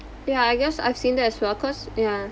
ya I guess I've seen that as well cause ya